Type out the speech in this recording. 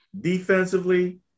defensively